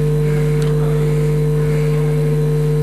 בבקשה, חבר הכנסת בנט.